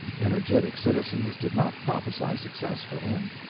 energetic citizens did not prophesy success for him.